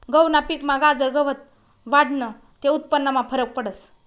गहूना पिकमा गाजर गवत वाढनं ते उत्पन्नमा फरक पडस